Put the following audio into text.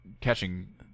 catching